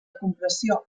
compressió